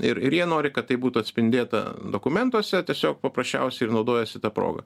ir ir jie nori kad tai būtų atspindėta dokumentuose tiesiog paprasčiausiai ir naudojasi ta proga